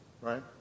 right